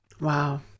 Wow